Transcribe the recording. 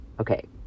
Okay